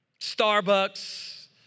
Starbucks